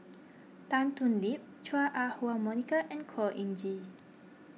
Tan Thoon Lip Chua Ah Huwa Monica and Khor Ean Ghee